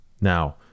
Now